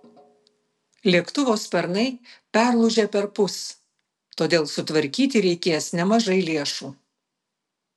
lėktuvo sparnai perlūžę perpus todėl sutvarkyti reikės nemažai lėšų